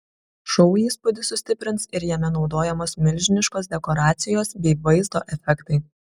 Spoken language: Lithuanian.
šou įspūdį sustiprins ir jame naudojamos milžiniškos dekoracijos bei vaizdo efektai